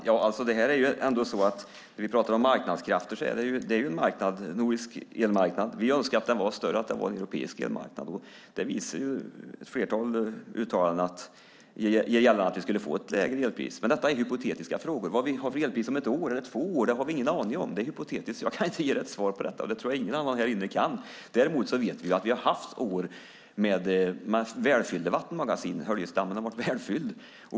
Fru talman! När vi pratar om marknadskrafter: nordisk elmarknad är ju en marknad. Vi önskar att den var större, att det var en europeisk elmarknad. Ett flertal uttalanden gör gällande att vi skulle få ett lägre elpris då, men det är hypotetiska frågor. Vilket elpris vi har om ett eller två år har vi ingen aning om. Det är en hypotetisk fråga. Jag kan inte ge dig något svar på det, och det tror jag ingen annan här inne kan. Däremot vet vi att vi har haft år med välfyllda vattenmagasin - Höljesdammen har varit välfylld.